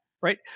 Right